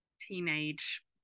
teenage